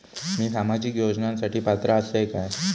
मी सामाजिक योजनांसाठी पात्र असय काय?